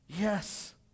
Yes